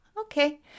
okay